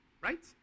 right